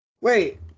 Wait